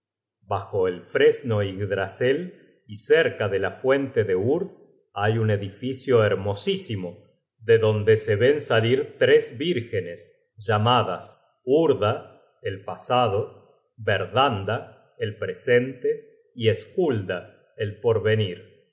bajo el fresno yggdrasel y cerca de la fuente de urd hay un edificio hermosísimo de donde se ven salir tres vírgenes llamada urda el pasado verdanda elpresente y skulda elporvenir